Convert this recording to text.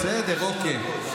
בסדר, אוקיי.